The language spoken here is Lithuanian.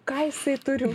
ką jisai turi